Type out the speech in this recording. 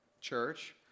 church